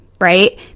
right